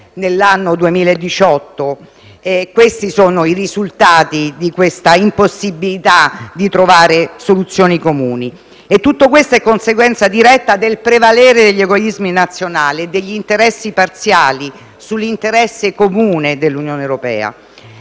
nel 2018. Questi sono i risultati dell'impossibilità di trovare soluzioni comuni. Tutto ciò è conseguenza diretta del prevalere degli egoismi nazionali e degli interessi parziali sull'interesse comune dell'Unione europea.